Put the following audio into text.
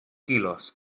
quilos